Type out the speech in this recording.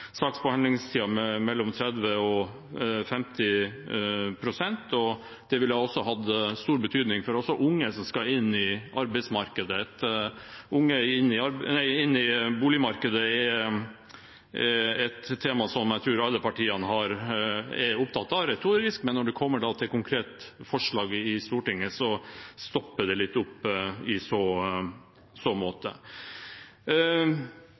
saksbehandlingstiden med mellom 30 og 50 pst., og det ville da hatt stor betydning også for unge som skal inn i boligmarkedet. Unge inn i boligmarkedet er et tema som jeg tror alle partier er opptatt av retorisk, men når det kommer til konkrete forslag i Stortinget, stopper det litt opp i så måte. For næringslivet er det viktig med forutsigbare og enkle planprosesser så